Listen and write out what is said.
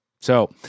So-